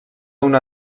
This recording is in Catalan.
una